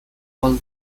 was